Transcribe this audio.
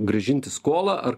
grąžinti skolą ar